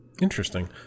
interesting